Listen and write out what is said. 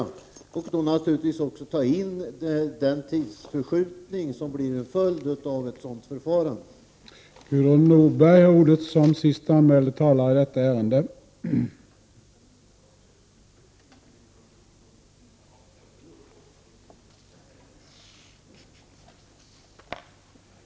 Då kommer man naturligtvis också att ta hänsyn till den tidsförskjutning som ett sådant förfarande leder till.